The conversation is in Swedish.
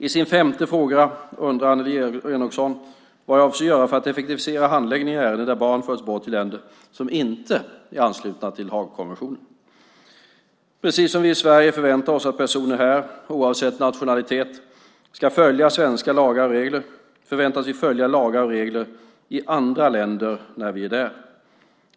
I sin femte fråga undrar Annelie Enochson vad jag avser att göra för att effektivisera handläggningen i ärenden där barn förts bort till länder som inte är anslutna till Haagkonventionen. Precis som vi i Sverige förväntar oss att personer här, oavsett nationalitet, ska följa svenska lagar och regler förväntas vi följa lagar och regler i andra länder när vi är där.